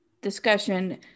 discussion